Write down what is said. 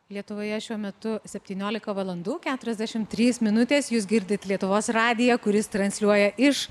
lietuvoje šiuo metu septyniolika valandų keturiasdešim trys minutės jūs girdit lietuvos radiją kuris transliuoja iš